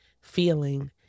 feeling